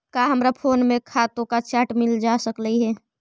का हमरा फोन में खातों का चार्ट मिल जा सकलई हे